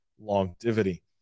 longevity